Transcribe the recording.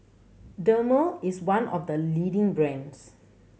Dermale is one of the leading brands